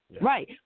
Right